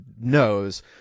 knows